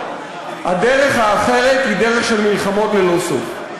הדרך האחרת היא דרך של מלחמות ללא סוף.